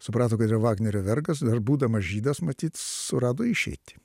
suprato kad yra vagnerio vergas dar būdamas žydas matyt surado išeitį